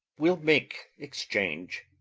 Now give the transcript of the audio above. we'll make exchange.